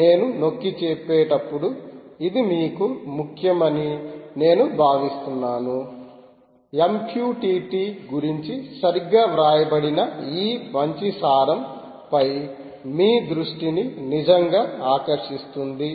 నేను నొక్కిచెప్పేటప్పుడు ఇది మీకు ముఖ్యమని నేను భావిస్తున్నాను MQTT గురించి సరిగ్గా వ్రాయబడిన ఈ మంచి సారం పై మీ దృష్టిని నిజంగా ఆకర్షిస్తుంది